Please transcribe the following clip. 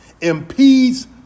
impedes